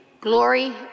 glory